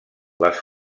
les